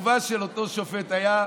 התגובה של אותו שופט הייתה,